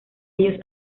ellos